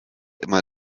immer